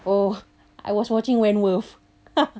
oh I was watching wentworth